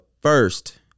first